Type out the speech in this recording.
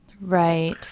Right